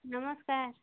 ନମସ୍କାର୍